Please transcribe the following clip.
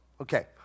Okay